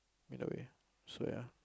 in a way so ya